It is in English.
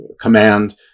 command